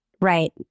right